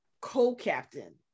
co-captain